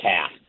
half